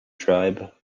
tribe